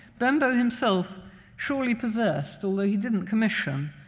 bembo himself surely possessed, although he didn't commission,